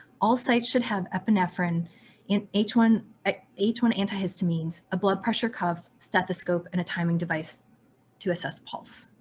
all sites should have epinephrine and h one ah h one antihistamines, a blood pressure cuff, stethoscope, and timing device to assess pulse.